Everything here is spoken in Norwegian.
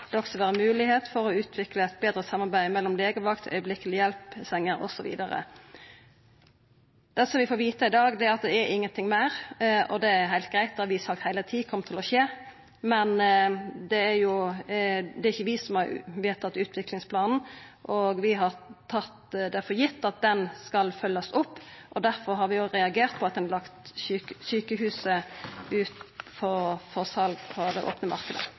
det også være mulighet for å utvikle et bedre samarbeid mellom legevakt, øyeblikkelig hjelp-senger osv.» Det som vi får vita i dag, er at det er ingenting meir. Det er heilt greitt, det har vi sagt heile tida kom til å skje. Det er ikkje vi som har vedtatt utviklingsplanen, men vi har tatt det for gitt at han skal følgjast opp, og difor har vi reagert på at ein har lagt sjukehuset ut for sal på den opne